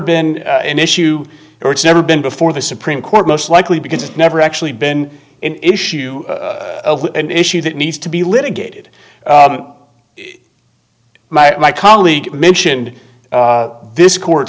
been an issue or it's never been before the supreme court most likely because it's never actually been an issue an issue that needs to be litigated my colleague mentioned this court